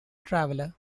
traveler